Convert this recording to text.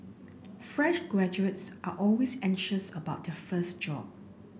fresh graduates are always anxious about their first job